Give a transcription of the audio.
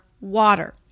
water